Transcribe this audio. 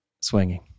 swinging